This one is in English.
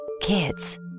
Kids